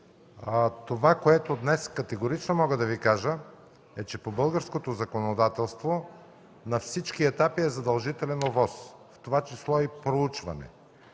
Това, което днес категорично мога да Ви кажа, е, че по българското законодателство на всички етапи е задължителен ОВОС, в това число и проучване.